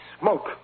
smoke